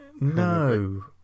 No